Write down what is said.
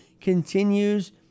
continues